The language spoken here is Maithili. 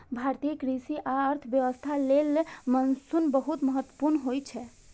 भारतीय कृषि आ अर्थव्यवस्था लेल मानसून बहुत महत्वपूर्ण होइ छै